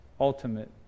ultimate